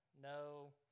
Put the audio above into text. no